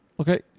Okay